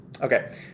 Okay